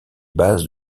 bases